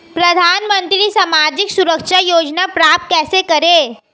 प्रधानमंत्री सामाजिक सुरक्षा योजना प्राप्त कैसे करें?